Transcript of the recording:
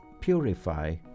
Purify